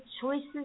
choices